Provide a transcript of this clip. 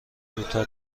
کوتاه